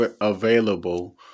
available